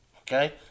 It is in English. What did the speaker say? Okay